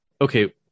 okay